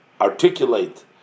articulate